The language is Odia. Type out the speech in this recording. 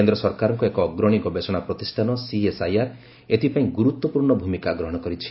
କେନ୍ଦ୍ର ସରକାରଙ୍କ ଏକ ଅଗ୍ରଣୀ ଗବେଷଣା ପ୍ରତିଷ୍ଠାନ ସିଏସ୍ଆଇଆର୍ ଏଥିପାଇଁ ଗୁରୁତ୍ୱପୂର୍୍ଣ୍ଣ ଭୂମିକା ଗ୍ରହଣ କରିଛି